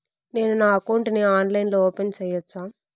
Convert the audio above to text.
నేను నా అకౌంట్ ని ఆన్లైన్ లో ఓపెన్ సేయొచ్చా?